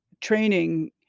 training